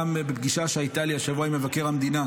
גם בפגישה שהייתה לי השבוע עם מבקר המדינה,